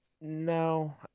No